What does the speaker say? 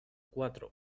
cuatro